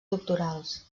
doctorals